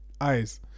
eyes